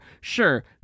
sure